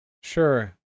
Sure